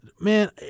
man